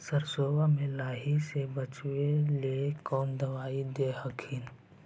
सरसोबा मे लाहि से बाचबे ले कौन दबइया दे हखिन?